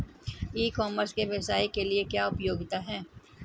ई commerce के व्यवसाय के लिए क्या उपयोगिता है?